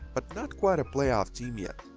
but not quite a playoff team yet.